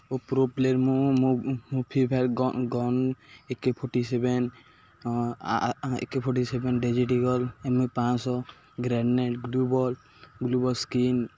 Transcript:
ଓ pro player ମୁଁ ମୋ Free Fire gun A K forty seven A K forty seven ଡେଜିଟିଗଲ M ପାଞ୍ଚଶହ grenade global global skin